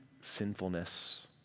sinfulness